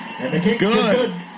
good